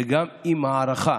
וגם אם ההערכה